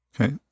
Okay